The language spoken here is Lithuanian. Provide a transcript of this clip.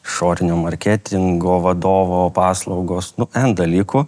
išorinio marketingo vadovo paslaugos nu dalykų